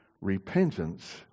Repentance